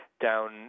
down